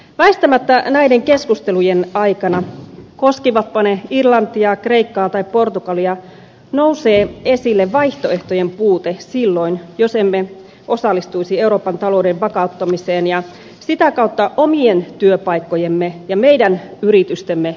väistämättä näiden keskustelujen aikana koskivatpa ne irlantia kreikkaa tai portugalia nousee esille vaihtoehtojen puute silloin jos emme osallistuisi euroopan talouden vakauttamiseen ja sitä kautta omien työpaikkojemme ja meidän yritystemme puolustamiseen